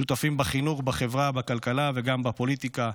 שותפים בחינוך, בחברה, בכלכלה וגם בפוליטיקה.